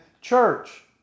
church